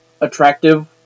attractive